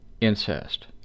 incest